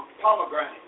pomegranate